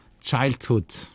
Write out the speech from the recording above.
childhood